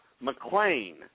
McLean